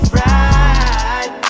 right